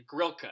Grilka